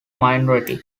minority